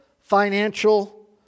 financial